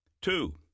two